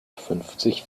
fünfzig